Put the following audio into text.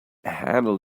handle